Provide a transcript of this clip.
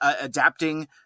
adapting